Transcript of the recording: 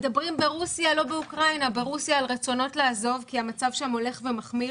מדברים ברוסיה על רצונות לעזוב כי המצב שם הולך ומחמיר.